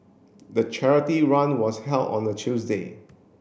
the charity run was held on a Tuesday